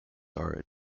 are